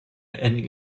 and